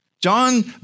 John